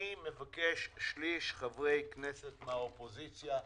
אני מבקש שליש חברי כנסת מהאופוזיציה.